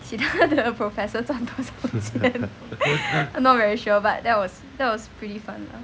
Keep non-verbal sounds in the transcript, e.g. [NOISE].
[LAUGHS]